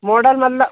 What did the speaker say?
model मतलब